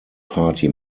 party